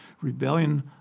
Rebellion